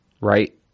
right